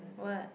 what